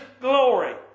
glory